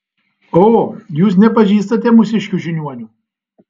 o jūs nepažįstate mūsiškių žiniuonių